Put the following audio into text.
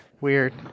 Weird